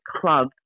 club